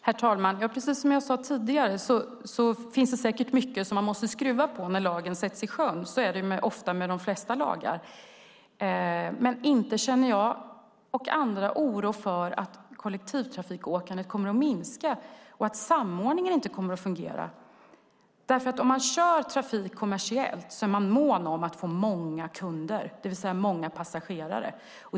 Herr talman! Precis som jag sade tidigare finns det säkert mycket som man måste skruva på när lagen sätts i sjön. Så är det med de flesta lagar. Men inte känner jag och andra oro för att kollektivtrafikåkande kommer att minska och att samordningen inte kommer att fungera. Om man kör trafik kommersiellt är man mån om att få många kunder, det vill säga många passagerare.